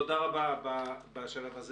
איכשהו זה מתקשר לסיור שתעשה הוועדה בהמשך היום.